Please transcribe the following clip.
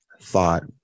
thought